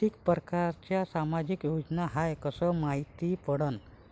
कितीक परकारच्या सामाजिक योजना हाय कस मायती पडन?